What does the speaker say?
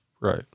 Right